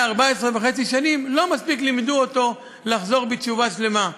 14.5 שנים לא מספיק לימדו אותו לחזור בתשובה שלמה.